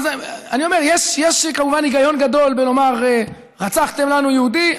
אז אני אומר: יש כמובן היגיון גדול בלומר: רצחתם לנו יהודי,